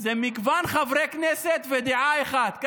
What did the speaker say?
זה מגוון חברי כנסת ודעה אחת.